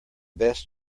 best